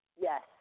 yes